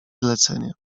zlecenie